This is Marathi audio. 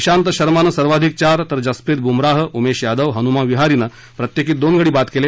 श्वांत शर्मानं सर्वाधिक चार तर जसप्रीत बुमराह उमेश यादव हनुमा विहारीनं प्रत्येकी दोन गडी बाद केले